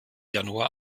januar